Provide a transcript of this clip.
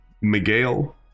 Miguel